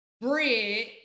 bread